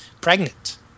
pregnant